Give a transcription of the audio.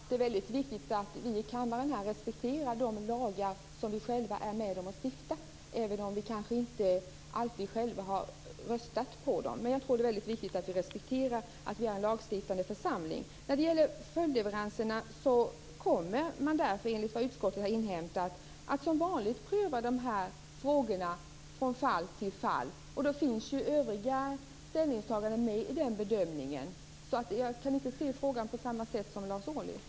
Herr talman! Det är viktigt att vi i kammaren respekterar de lagar som vi själva är med om att stifta, även om vi kanske inte alltid har röstat för dem. Det är viktigt att vi respekterar att vi är en lagstiftande församling. I fråga om följdleveranserna har utskottet inhämtat att man som vanligt kommer att pröva frågorna från fall till fall. Övriga ställningstaganden finns med i den bedömningen. Jag kan inte se frågan på samma sätt som Lars Ohly.